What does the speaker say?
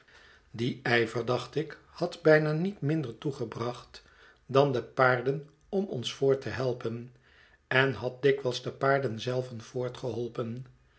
die ijver dacht ik had bijna niet minder toegebracht dan de paarden om ons voort te helpen en had dikwijls de paarden zelven